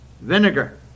vinegar